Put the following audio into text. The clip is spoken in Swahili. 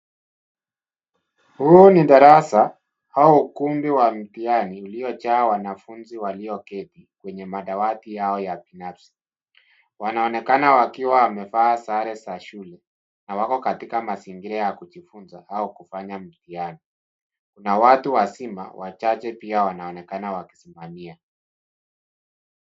Hii ni darasa au ukumbi wa mtihani uliojaa wanafunzi walioketi kwenye madawati yao ya binafsi. Wanaonekana wakiwa wamevaa sare za shule na wako katika mazingira ya kujifunza au kufanya mtihani. Kuna watu wazima wachache pia wanaonekana wakisimamia.